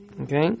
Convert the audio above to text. Okay